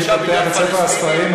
אני פותח את ספר הספרים,